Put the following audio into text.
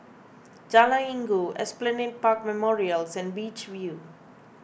Jalan Inggu Esplanade Park Memorials and Beach View